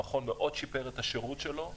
המכון מאוד שיפר את השירות שלו,